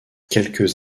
quelques